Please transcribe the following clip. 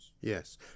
Yes